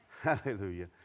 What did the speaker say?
Hallelujah